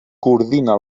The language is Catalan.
coordina